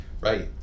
right